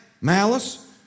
malice